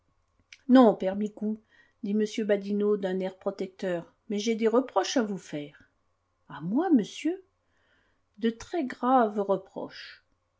non père micou dit m badinot d'un air protecteur mais j'ai des reproches à vous faire à moi monsieur de très graves reproches